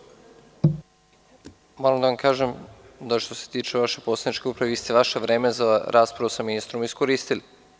Moram da vam kažem da što se tiče vaše poslaničke grupe vi ste vaše vreme za raspravu sa ministrom iskoristili.